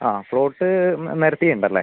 ആ പ്ലോട്ട് നേരത്തേയിണ്ടല്ലേ